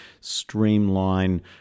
streamline